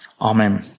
amen